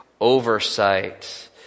oversight